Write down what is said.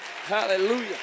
Hallelujah